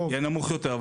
יהיה נמוך יותר.